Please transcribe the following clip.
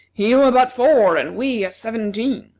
you are but four, and we are seventeen.